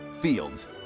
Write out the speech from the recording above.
Fields